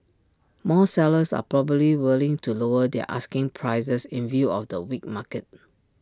more sellers are probably willing to lower their asking prices in view of the weak market